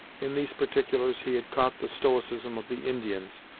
in these particulars he had caught the stoicism of the indians,